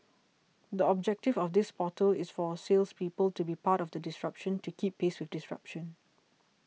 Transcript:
the objective of this portal is for salespeople to be part of the disruption to keep pace with disruption